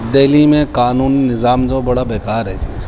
دہلی میں قانون نظام جو بڑا بیکار ہے جی